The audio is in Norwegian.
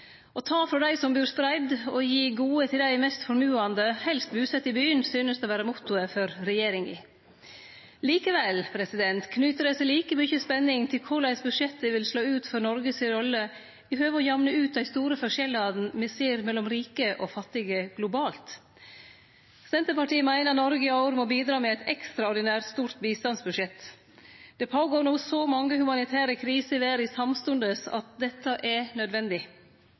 Å ta frå dei som bur spreidd og gi gode til dei mest formuande, helst busette i byen, synest å vere mottoet for regjeringa. Likevel knyter det seg like mykje spenning til korleis budsjettet vil slå ut for Noreg si rolle når det gjeld å jamne ut dei store forskjellane me ser mellom rike og fattige globalt. Senterpartiet meiner Noreg òg må bidra med eit ekstraordinært stort bistandsbudsjett. Det går no føre seg så mange humanitære kriser i verda samstundes, at dette er nødvendig.